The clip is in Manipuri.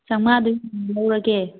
ꯆꯥꯝꯃꯉꯥꯗꯣ ꯂꯧꯔꯒꯦ